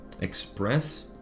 express